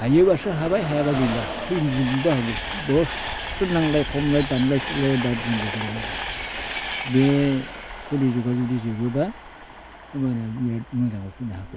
हायोब्लासो हाबाय हायाब्ला गैलिया थैजोबनोबो हागौ मस्थ' नांलाय खमलाय दानलाय सुलाय गोग्लैना दं बे खलि जुगा जुदि जोबोब्ला बिराद मोजाङाव फैनो हागौ